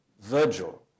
Virgil